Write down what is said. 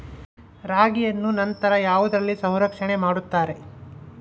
ರಾಗಿಯನ್ನು ನಂತರ ಯಾವುದರಲ್ಲಿ ಸಂರಕ್ಷಣೆ ಮಾಡುತ್ತಾರೆ?